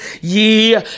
Ye